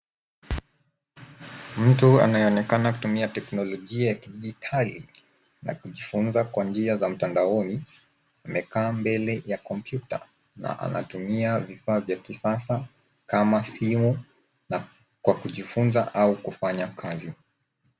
Mtu anaonekana kutumia teknolojia ya kidijitali na kujifunza kwa njia za mtandaoni amekaa mbele ya kompyuta na anatumia vifaa vya kisasa kama simu kwa kujifunza au kufanya kazi.